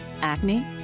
Acne